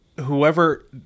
whoever